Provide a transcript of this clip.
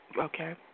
Okay